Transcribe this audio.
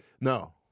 No